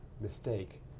mistake